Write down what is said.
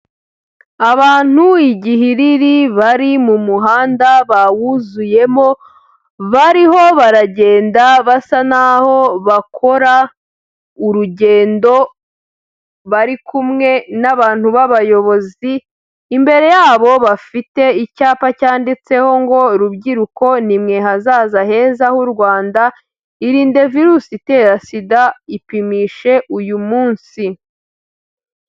Abantu igihiriri bari mu muhanda bawuzuyemo bariho baragenda basa naho bakora urugendo barikumwe n'abantu b'abayobozi. Imbere yabo bafite icyapa cyanditseho ngo rubyiruko ni mwe hazaza heza h'u Rwanda. Irinde virusi itera SIDA, ipimishe uyu munsi.